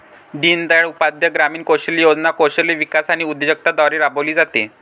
दीनदयाळ उपाध्याय ग्रामीण कौशल्य योजना कौशल्य विकास आणि उद्योजकता द्वारे राबविली जाते